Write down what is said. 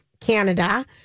Canada